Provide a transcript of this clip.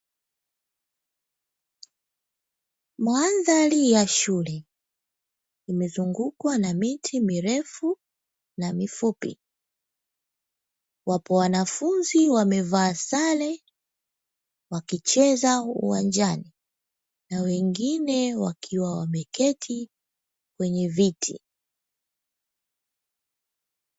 Madhali ya shule imezungukwa na miti mirefu na mifupi. Wapo wanafunzi wamevaa sare wakicheza uwanjani, na wengine wakiwa wamekaa kwenye viti.